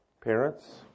Parents